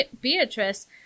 Beatrice